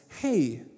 Hey